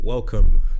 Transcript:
Welcome